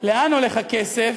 לאן הולך הכסף,